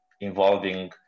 involving